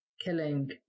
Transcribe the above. killing